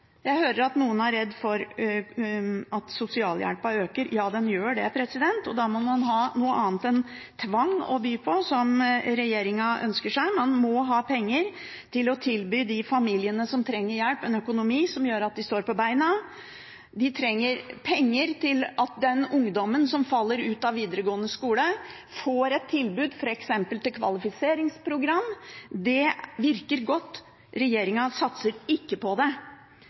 Jeg hører at noen er redd for at sosialhjelpen øker. Ja, den gjør det, og da må man ha noe annet enn tvang å by på, som regjeringen ønsker seg – man må ha penger å tilby de familiene som trenger hjelp, en økonomi som gjør at de står på beina. De trenger penger, slik at ungdommene som faller ut av videregående skole, får et tilbud, f.eks. om kvalifiseringsprogram. Det virker godt. Regjeringen satser ikke på det.